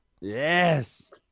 Yes